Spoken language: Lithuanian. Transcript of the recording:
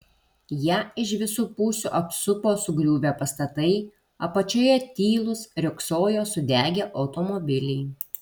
ją iš visų pusių apsupo sugriuvę pastatai apačioje tylūs riogsojo sudegę automobiliai